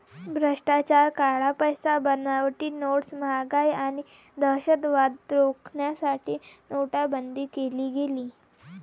भ्रष्टाचार, काळा पैसा, बनावटी नोट्स, महागाई आणि दहशतवाद रोखण्यासाठी नोटाबंदी केली गेली